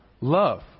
love